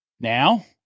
Now